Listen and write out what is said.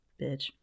bitch